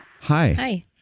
Hi